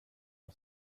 jag